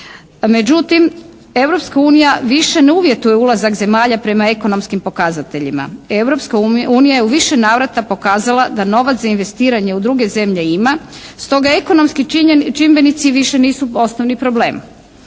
unija više ne uvjetuje ulazak zemalja prema ekonomskim pokazateljima. Europska unija je u više navrata pokazala da novac za investiranje u druge zemlje ima. Stoga ekonomski čimbenici više nisu osnovni problem.